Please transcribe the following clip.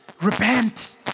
Repent